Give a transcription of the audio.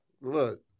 Look